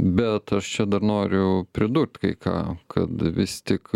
bet aš čia dar noriu pridurt kai ką kad vis tik